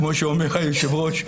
כמו שאומר היושב-ראש,